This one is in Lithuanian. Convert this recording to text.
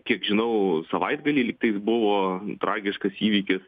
kiek žinau savaitgalį lygtais buvo tragiškas įvykis